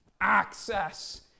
access